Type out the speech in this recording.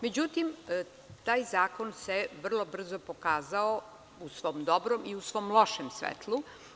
Međutim, taj zakon se vrlo brzo pokazao u svom dobrom i u svom lošem svetlu.